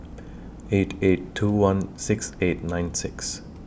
eight eight two one six eight nine six